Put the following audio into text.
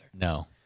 No